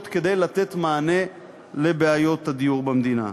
כדי לתת מענה לבעיות הדיור במדינה.